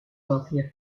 wealthier